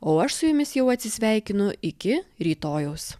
o aš su jumis jau atsisveikinu iki rytojaus